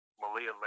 Malia